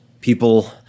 people